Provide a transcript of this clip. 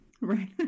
right